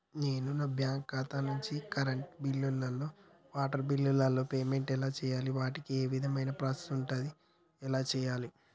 నేను నా బ్యాంకు ఖాతా నుంచి కరెంట్ బిల్లో వాటర్ బిల్లో పేమెంట్ ఎలా చేయాలి? వాటికి ఏ విధమైన ప్రాసెస్ ఉంటది? ఎలా చేయాలే?